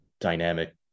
dynamic